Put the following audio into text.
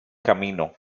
camino